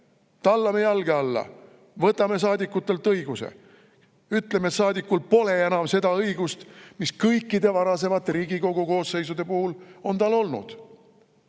Tallame jalge alla, võtame saadikutelt õiguse, ütleme, et saadikutel pole enam seda õigust, mis neil kõikides varasemates Riigikogu koosseisudes on olnud.